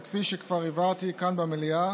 וכפי שכבר הבהרתי כאן במליאה